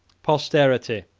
posterity,